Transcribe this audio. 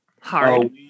Hard